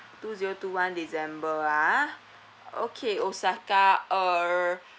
two zero two one december ah okay osaka err